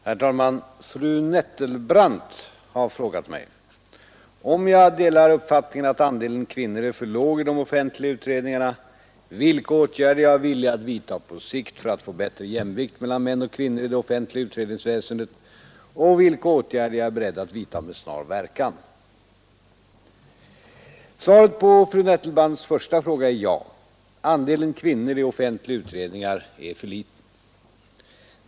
Herr talman! Fru Nettelbrandt har frågat mig om jag delar uppfattningen att andelen kvinnor är för låg i de offentliga utredningarna, vilka åtgärder jag är villig vidta på sikt för att få bättre jämvikt mellan män och kvinnor i det offentliga utredningsväsendet och vilka åtgärder jag är beredd att vidta med snar verkan. Svaret på fru Nettelbrandts första fråga är ja. Andelen kvinnor i offentliga utredningar är för liten.